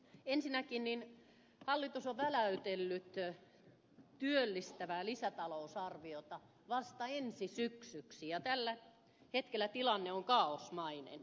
ensinnäkin hallitus on väläytellyt työllistävää lisätalousarviota vasta ensi syksyksi ja tällä hetkellä tilanne on kaaosmainen